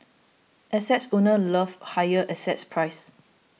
assets owners love higher assets prices